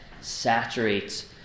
saturates